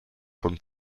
von